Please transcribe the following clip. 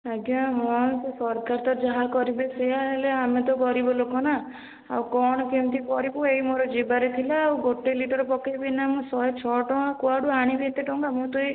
ଆଜ୍ଞା ହଁ ସେ ସରକାର ତ ଯାହା କରିବେ ସେଇଆ ହେଲେ ଆମେ ତ ଗରିବ ଲୋକ ନା ଆଉ କ'ଣ କେମିତି କରିବୁ ଏଇ ମୋର ଯିବାର ଥିଲା ଆଉ ଗୋଟେ ଲିଟର୍ ପକେଇବି ନା ମୁଁ ଶହେଛଅ ଟଙ୍କା କୁଆଡ଼ୁ ଆଣିବି ଏତେ ଟଙ୍କା ମୁଁ ତ ଏଇ